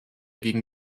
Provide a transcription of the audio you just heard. gegen